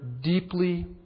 deeply